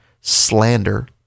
Slander